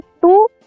two